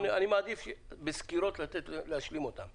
אני מעדיף להשלים את הסקירות.